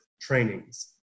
trainings